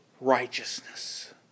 righteousness